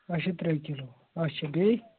اچھا ترٛےٚ کِلوٗ اچھا بیٚیہِ